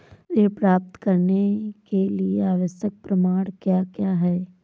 ऋण प्राप्त करने के लिए आवश्यक प्रमाण क्या क्या हैं?